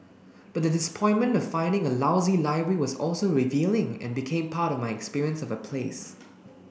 but the disappointment of finding a lousy library was also revealing and became part of my experience of a place